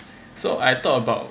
so I thought about